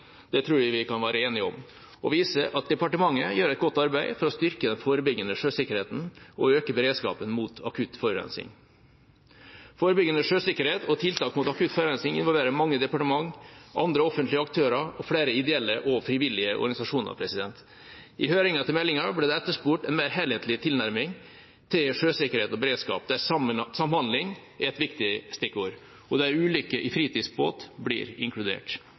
det tror jeg vi kan være enige om, og viser at departementet gjør et godt arbeid for å styrke den forebyggende sjøsikkerheten og øke beredskapen mot akutt forurensning. Forebyggende sjøsikkerhet og tiltak mot akutt forurensning involverer mange departement, andre offentlige aktører og flere ideelle og frivillige organisasjoner. I høringen til meldinga ble det etterspurt en mer helhetlig tilnærming til sjøsikkerhet og beredskap, der samhandling er et viktig stikkord, og der ulykker i fritidsbåt blir inkludert.